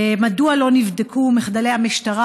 2. מדוע לא נבדקו מחדלי המשטרה?